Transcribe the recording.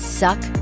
suck